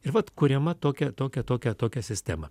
ir vat kuriama tokia tokia tokia tokia sistema